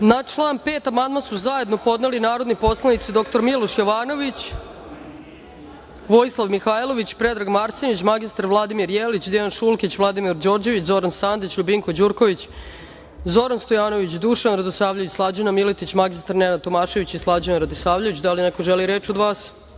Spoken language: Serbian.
Na član 5. amandman su zajedno podneli narodni poslanici dr Miloš Jovanović, Vojislav Mihailović, Predrag Marsenić, mr Vladimir Jelić, Dejan Šulkić, Vladimir Đorđević, Zoran Sandić, Ljubinko Đurković, Zoran Stojanović, Dušan Radosavljević, Slađana Miletić, mr Nenad Tomašević i Slađana Radisavljević. Da li neko želi reč od